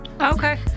Okay